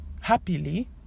happily